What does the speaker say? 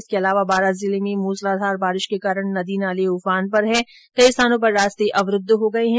इसके अलावा बारां जिले में भी मूसलाधार बारिश के कारण नदी नाले उफान पर है इससे कई स्थानों पर रास्ते अवरूद्ध हो गये है